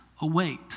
await